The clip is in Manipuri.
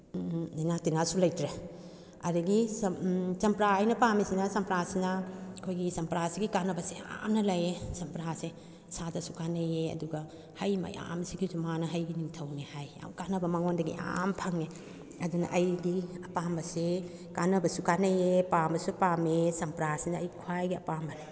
ꯂꯩꯅꯥ ꯇꯤꯟꯅꯁꯨ ꯂꯩꯇ꯭ꯔꯦ ꯑꯗꯨꯗꯒꯤ ꯆꯝꯄ꯭ꯔꯥ ꯑꯩꯅ ꯄꯥꯝꯃꯤꯁꯤꯅ ꯆꯝꯄ꯭ꯔꯥꯁꯤꯅ ꯑꯩꯈꯣꯏꯒꯤ ꯆꯝꯄ꯭ꯔꯥꯁꯤꯅ ꯀꯥꯟꯅꯕꯁꯦ ꯌꯥꯝꯅ ꯂꯩꯌꯦ ꯆꯝꯄ꯭ꯔꯥꯁꯦ ꯏꯁꯥꯗꯁꯨ ꯀꯥꯟꯅꯩꯌꯦ ꯑꯗꯨꯒ ꯍꯩ ꯃꯌꯥꯝꯁꯤꯒꯤꯁꯨ ꯃꯅꯥ ꯍꯩꯒꯤ ꯅꯤꯡꯊꯧꯅꯦ ꯍꯥꯏ ꯌꯥꯝ ꯀꯥꯟꯅꯕ ꯃꯉꯣꯟꯗꯒꯤ ꯌꯥꯝ ꯐꯪꯉꯦ ꯑꯗꯨꯅ ꯑꯩꯗꯤ ꯑꯄꯥꯝꯕꯁꯦ ꯀꯥꯟꯅꯕꯁꯨ ꯀꯟꯅꯩꯌꯦ ꯄꯥꯝꯕꯁꯨ ꯄꯥꯝꯃꯦ ꯆꯝꯄ꯭ꯔꯥꯁꯤꯅ ꯑꯩ ꯈ꯭ꯋꯥꯏꯗꯒꯤ ꯑꯄꯥꯝꯕꯅꯤ